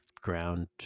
ground